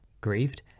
grieved